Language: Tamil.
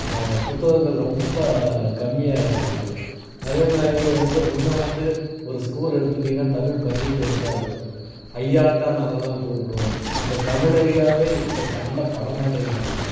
புத்தகங்கள் ரொம்ப கம்மியாக இருக்குது அதேமாதிரி வந்து முன்னர் வந்து ஒரு ஸ்கூலை எடுத்துட்டிங்கன்னால் தமிழ் பண்டிட் இருப்பார் ஐயான்னுதான் நாங்களாம் கூப்பிடுவோம் இந்த தமிழ் ஐயாவே இப்போ கண்ணில்பட மாட்டேங்கிறாங்க